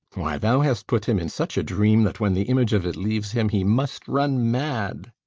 why, thou hast put him in such a dream, that when the image of it leaves him he must run mad.